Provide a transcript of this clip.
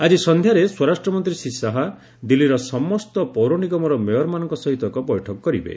ଆଜି ସନ୍ଧ୍ୟାରେ ସ୍ୱରାଷ୍ଟ୍ରମନ୍ତ୍ରୀ ଶ୍ରୀ ଶାହା ଦିଲ୍ଲିର ସମସ୍ତ ପୌରନିଗମର ମେୟରମାନଙ୍କ ସହିତ ଏକ ବୈଠକ କରିବେ